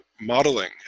modeling